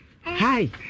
hi